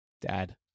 Dad